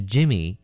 Jimmy